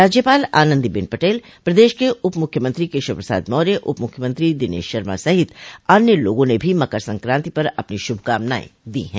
राज्यपाल आनंदीबेन पटेल प्रदेश के उप मुख्यमंत्री केशव प्रसाद मौर्य उप मुख्यमंत्री दिनेश शर्मा सहित अन्य लोगों ने भी मकर संकांति पर अपनी शुभकामनाएं दी हैं